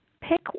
pick